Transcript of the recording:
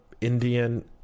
Indian